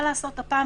מה לעשות,